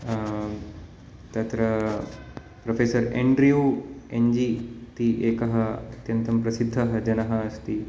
तत्र professor Andrew Ng इति एकः अत्यन्तं प्रसिद्धः जनः अस्ति